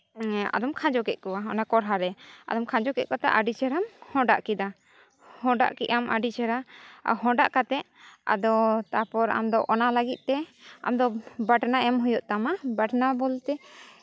ᱟᱫᱚᱢ ᱠᱷᱟᱸᱡᱚ ᱠᱮᱫ ᱠᱚᱣᱟ ᱚᱱᱟ ᱠᱚᱲᱦᱟ ᱨᱮ ᱟᱫᱚᱢ ᱠᱷᱟᱸᱡᱚ ᱠᱮᱫ ᱠᱚᱛᱮ ᱟᱹᱰᱤ ᱪᱮᱨᱦᱟᱢ ᱦᱚᱸᱰᱟᱜ ᱠᱮᱫᱟᱢ ᱦᱚᱸᱰᱟᱜ ᱠᱮᱫᱟᱢ ᱟᱹᱰᱤ ᱪᱮᱦᱨᱟ ᱟᱨ ᱦᱚᱸᱰᱟᱜ ᱠᱟᱛᱮᱫ ᱟᱫᱚ ᱛᱟᱨᱯᱚᱨ ᱚᱱᱟ ᱞᱟᱹᱜᱤᱫ ᱛᱮ ᱟᱢᱫᱚ ᱵᱟᱴᱱᱟ ᱮᱢ ᱦᱩᱭᱩᱜ ᱛᱟᱢᱟ ᱵᱟᱴᱱᱟ ᱵᱚᱞᱛᱮ